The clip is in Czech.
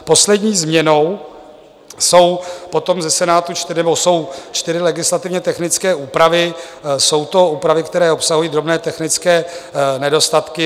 Poslední změnou jsou potom ze Senátu nebo jsou čtyři legislativně technické úpravy, jsou to úpravy, které obsahují drobné technické nedostatky.